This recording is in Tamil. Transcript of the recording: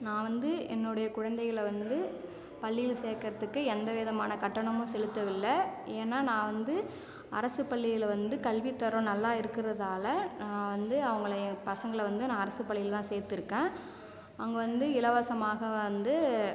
நான் வந்து என்னுடைய குழந்தைகளை வந்து பள்ளியில் சேர்க்கறதுக்கு எந்தவிதமான கட்டணமும் செலுத்தவில்லை ஏன்னா நான் வந்து அரசுப் பள்ளியில் வந்து கல்வித்தரம் நல்லா இருக்கறதால் நான் வந்து அவங்கள ஏன் பசங்களை வந்து நான் அரசுப் பள்ளியில் தான் சேர்த்துருக்கேன் அங்கே வந்து இலவசமாக வந்து